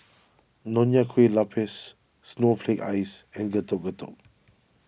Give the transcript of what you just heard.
Nonya Kueh Lapis Snowflake Ice and Getuk Getuk